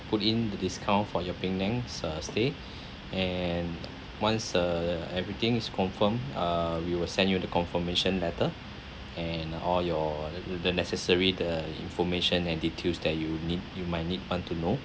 put in the discount for your penang uh stay and once err everything is confirm err we will send you the confirmation letter and all your with the necessary the information and details that you need you might need want to know